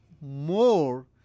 more